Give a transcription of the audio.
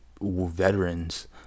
veterans